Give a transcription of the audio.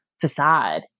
facade